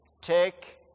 take